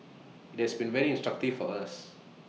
IT has been very instructive for us